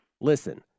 Listen